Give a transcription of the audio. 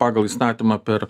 pagal įstatymą per